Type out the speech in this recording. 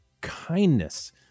kindness